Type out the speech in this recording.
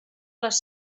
les